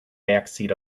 backseat